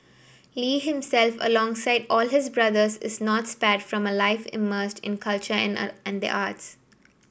Lee himself alongside all his brothers is not spared from a life immersed in culture and the arts